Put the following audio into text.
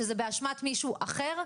שזה באשמת מישהו אחר?